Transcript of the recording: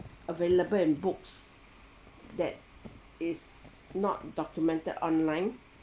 available in books that is not documented online